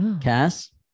Cass